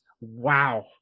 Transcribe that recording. Wow